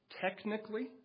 technically